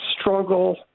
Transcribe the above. struggle